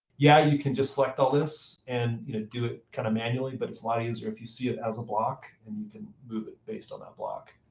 yeah, you can just select all this, and you know do it kind of manually. but it's a lot easier if you see it as a block, and you can move it based on that block.